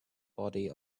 body